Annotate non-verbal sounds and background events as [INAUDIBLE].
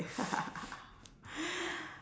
[LAUGHS] [BREATH]